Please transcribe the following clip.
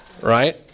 right